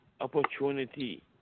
opportunity